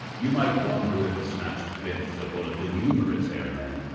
you might wonder if a snatched glimpse of one of the numerous airmen,